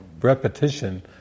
repetition